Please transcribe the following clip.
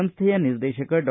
ಸಂಸ್ಥೆಯ ನಿರ್ದೇಶಕ ಡಾ